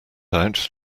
out